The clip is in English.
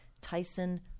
Tyson